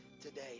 today